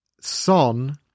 son